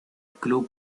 club